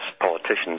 politicians